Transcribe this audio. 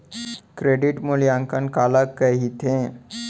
Credit मूल्यांकन काला कहिथे?